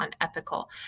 unethical